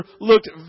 looked